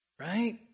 Right